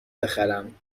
بخرم